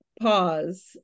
pause